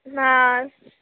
नाही